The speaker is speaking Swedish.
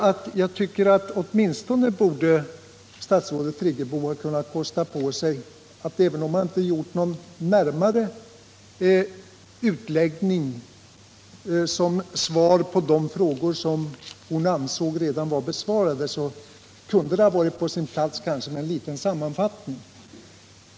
Även om statsrådet Friggebo inte ville göra någon närmare utläggning som svar på de frågor hon ansåg redan var besvarade, kunde det kanske ha varit på sin plats med en liten sammanfattning.